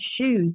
shoes